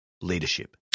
leadership